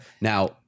Now—